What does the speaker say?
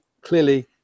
clearly